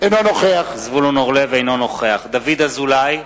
אינו נוכח דוד אזולאי,